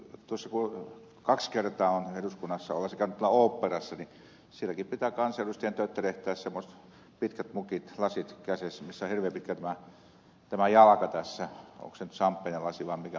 kaksi kertaa olen eduskunnassa ollessani käynyt oopperassa ja sielläkin pitää kansanedustajien tötterehtiä semmoiset pitkät lasit kädessä missä on hirveän pitkä jalka onko se nyt samppanjalasi vai mikä mahtaa olla